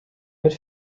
mit